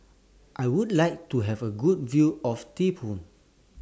I Would like to Have A Good View of Thimphu